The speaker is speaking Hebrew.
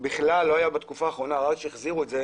לא היו בתקופה האחרונה עד שהחזירו אותם